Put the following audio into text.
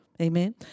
Amen